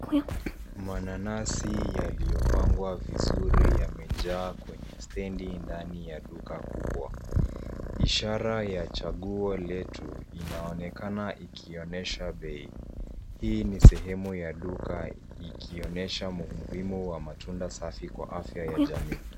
Mananasi yaliyopangwa vizuri yamejaa kwenye stendi ndani ya duka kubwa. Ishara ya chaguo letu inaonekana ikionyesha bei . Hii ni sehemu ya duka ikionyesha umuhimu wa matunda safi kwa afya ya jamii.